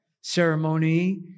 ceremony